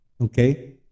Okay